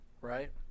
right